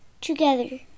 together